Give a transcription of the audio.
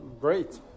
Great